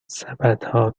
سبدها